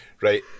Right